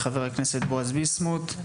בראשות חבר הכנסת בועז ביסמוט.